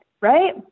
Right